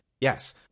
yes